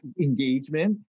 engagement